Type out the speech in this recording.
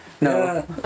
No